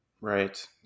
right